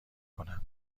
کنم